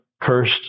Cursed